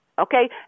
Okay